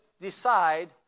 decide